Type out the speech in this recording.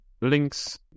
links